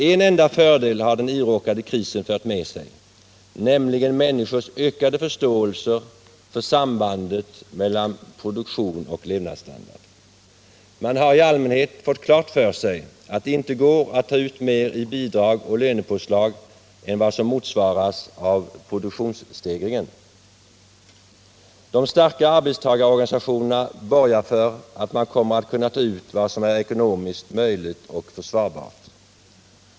En enda fördel har den kris vi råkat in i fört med sig, nämligen människors ökade förståelse för sambandet mellan produktion och levnadsstandard. Man har i allmänhet fått klart för sig att det inte går att ta ut mer i bidrag och lönepåslag än vad som motsvaras av produktionsstegringen. De starka arbetstagarorganisationerna borgar för att man kommer att kunna ta ut vad som är ekonomiskt möjligt och försvarbart.